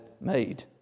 made